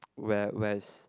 where where is